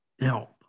help